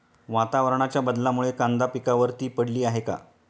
वातावरणाच्या बदलामुळे कांदा पिकावर ती पडली आहे